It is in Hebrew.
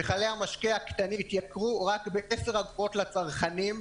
מיכלי המשקה הקטנים התייקרו רק ב-10 אגורות לצרכנים,